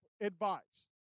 advice